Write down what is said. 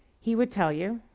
he would tell you,